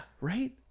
Right